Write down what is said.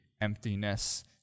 emptiness